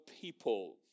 people